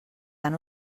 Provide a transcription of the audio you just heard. tan